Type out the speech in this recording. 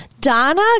Donna